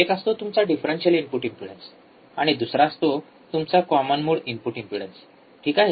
एक असतो तुमचा डिफरेन्शिअल इनपुट इम्पेडन्स आणि दुसरा असतो तुमचा कॉमन मोड इनपुट इम्पेडन्स ठीक आहे